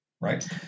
right